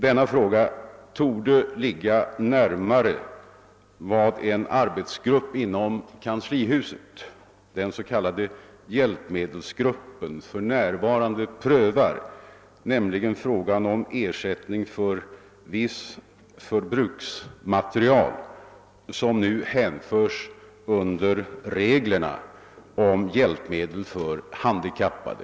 Detta spörsmål torde falla inom ramen för de frågor som en arbetsgrupp inom kanslihuset — den s.k. hjälpmedelsgruppen — för närvarande prövar, nämligen frågor om ersättning för visst förbrukningsmaterial som nu hör under reglerna om hjälpmedel för handikappade.